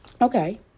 okay